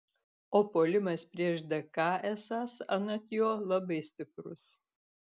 o puolimas prieš dk esąs anot jo labai stiprus